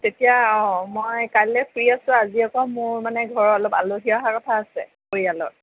তেতিয়া অঁ মই কাইলে ফ্ৰী আছোঁ আজি আকৌ মোৰ মানে ঘৰৰ অলপ আলহী অহাৰ কথা আছে পৰিয়ালৰ